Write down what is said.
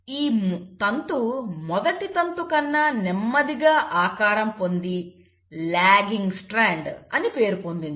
ఈ తంతు మొదటి తంతు కన్నా నెమ్మదిగా ఆకారం పొంది లాగింగ్ స్ట్రాండ్ అని పేరు పొందింది